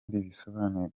bisobanuye